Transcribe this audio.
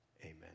Amen